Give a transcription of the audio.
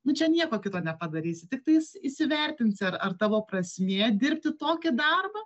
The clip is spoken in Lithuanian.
nu čia nieko kito nepadarysi tiktais įsivertinsi ar ar tavo prasmė dirbti tokį darbą